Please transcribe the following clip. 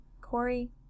Corey